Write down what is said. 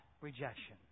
rejection